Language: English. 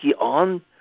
on